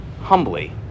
humbly